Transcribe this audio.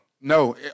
No